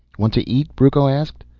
want to eat? brucco asked.